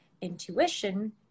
intuition